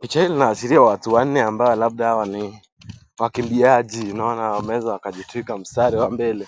Picha hili inaashiria watu wanne ambao labda hawa ni wakimbiaji unaona wameweza wakajitwika mstari wa mbele.